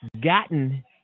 gotten